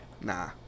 nah